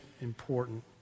important